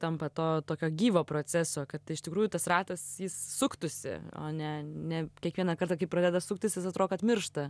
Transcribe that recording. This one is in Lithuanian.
tampa to tokio gyvo proceso kad iš tikrųjų tas ratas suktųsi o ne ne kiekvieną kartą kai pradeda suktis vis atrodo kad miršta